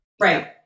right